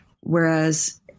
whereas